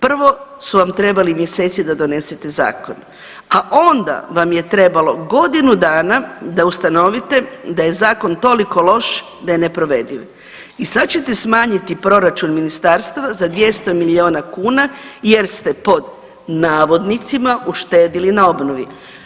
Prvo su vam trebali mjeseci da donesete zakon, a onda vam je trebalo godinu dana da ustanovite da je zakon toliko loš da je neprovediv i sad ćete smanjiti proračun ministarstva za 200 milijuna kuna jer ste pod navodnicima, uštedili na obnovi.